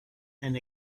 and